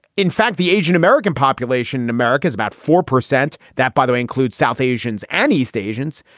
in fact, the asian-american population in america is about four percent. that, by the way, includes south asians and east asians.